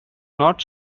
not